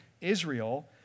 Israel